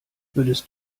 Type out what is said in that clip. würdest